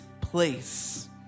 place